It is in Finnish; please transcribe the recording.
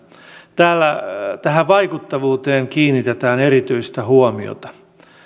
täällä tähän vaikuttavuuteen kiinnitetään erityistä huomiota